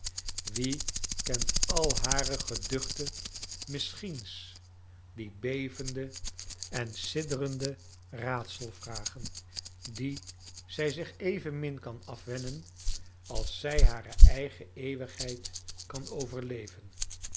wie kent al hare geduchte misschiens die bevende en sidderende raadselvragen die zij zich evenmin kan afwennen als zij hare eigene eeuwigheid kan overleven